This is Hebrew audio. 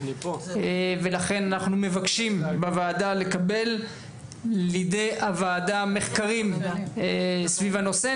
לכן אנחנו מבקשים בוועדה לקבל לידי הוועדה מחקרים סביב הנושא.